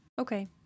Okay